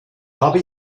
habe